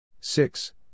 six